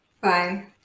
bye